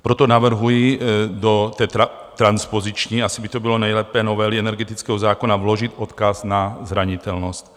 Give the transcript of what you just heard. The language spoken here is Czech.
Proto navrhuji do té transpoziční asi by to bylo nejlépe novely energetického zákona vložit odkaz na zranitelnost.